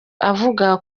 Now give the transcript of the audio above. avuga